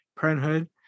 Parenthood